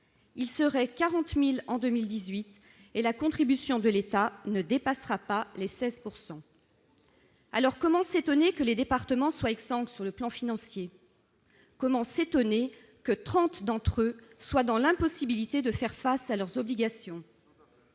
ils seraient 40 000 en 2018. Or la contribution de l'État ne dépassera pas les 16 %. Comment s'étonner alors que les départements soient exsangues sur le plan financier ? Comment s'étonner que trente d'entre eux soient dans l'impossibilité de faire face à leurs obligations ?